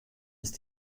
ist